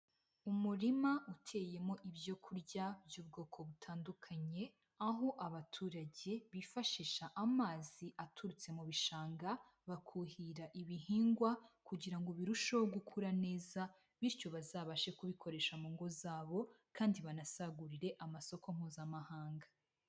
Umurima uteyemo ibyo kurya by'ubwoko butandukanye, aho abaturage bifashisha amazi aturutse mu bishanga bakuhira ibihingwa, kugira ngo birusheho gukura neza, bityo bazabashe kubikoresha mu ngo zabo kandi banasagurire amasoko mpuzamahanga.